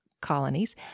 colonies